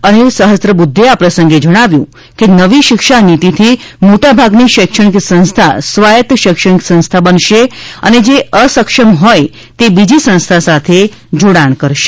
અનિલ સફસ્ત્રબુદ્ધે આ પ્રસંગે જણાવ્યું હતું કે નવી શિક્ષા નીતિથી મોટાભાગની શૈક્ષણિક સંસ્થા સ્વાયત્ત શૈક્ષિણક સંસ્થા બનશે અને જે અસક્ષમ હોય તે બીજી સંસ્થા સાથે જોડાણ કરશે